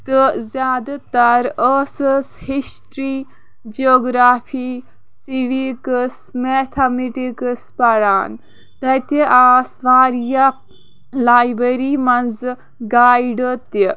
تہٕ زیادٕ تر ٲسٕس ہِسٹری جیوگرافی سُویٖکٕٔس میتھامیٹِکٕس پَران تَتہِ آس واریاہ لایبرٔری منٛزٕ گایڈٕ تہِ